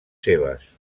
seves